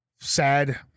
sad